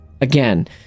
Again